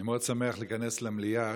אני מאוד שמח להיכנס למליאה